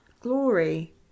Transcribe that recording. glory